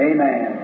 Amen